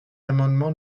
amendement